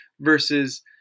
Versus